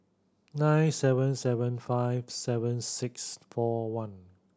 nine seven seven five seven six four one